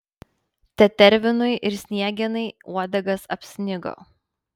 tetervinui ir sniegenai uodegas apsnigo